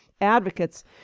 advocates